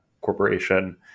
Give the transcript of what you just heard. corporation